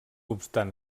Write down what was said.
obstant